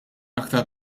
aktar